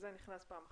פעם שנייה,